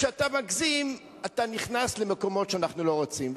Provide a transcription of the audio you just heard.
כשאתה מגזים, אתה נכנס למקומות שאנחנו לא רוצים.